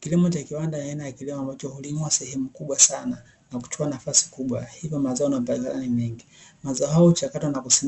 Kilimo cha kiwanda ni aina ya kilimo ambacho hulimwa sehemu kubwa sana na kutoa nafasi kubwa hilo mazao mbalimbali